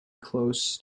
close